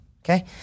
Okay